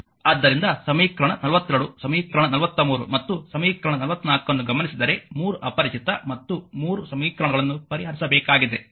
ಆದ್ದರಿಂದ ಸಮೀಕರಣ 42 ಸಮೀಕರಣ 43 ಮತ್ತು ಸಮೀಕರಣ 44 ಅನ್ನು ಗಮನಿಸಿದರೆ 3 ಅಪರಿಚಿತ ಮತ್ತು 3 ಸಮೀಕರಣಗಳನ್ನು ಪರಿಹರಿಸಬೇಕಾಗಿದೆ